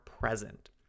present